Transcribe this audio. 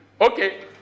okay